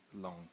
long